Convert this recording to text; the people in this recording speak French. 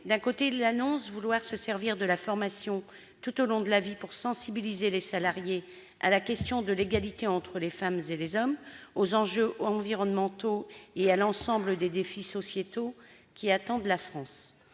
d'un côté, il annonce vouloir se servir de la formation tout au long de la vie pour sensibiliser les salariés à la question de l'égalité entre les femmes et les hommes, aux enjeux environnementaux et à l'ensemble des défis sociétaux qui attendent la France,